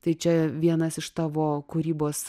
tai čia vienas iš tavo kūrybos